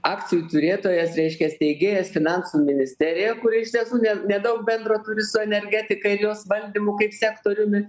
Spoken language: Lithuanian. akcijų turėtojas reiškia steigėjas finansų ministerija kuri kuri iš tiesų ne nedaug bendro turi su energetika ir jos valdymu kaip sektoriumi